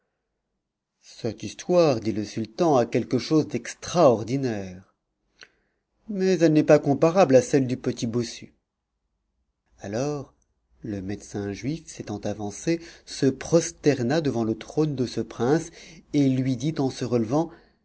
cette histoire dit le sultan a quelque chose d'extraordinaire mais elle n'est pas comparable à celle du petit bossu alors le médecin juif s'étant avancé se prosterna devant le trône de ce prince et lui dit en se relevant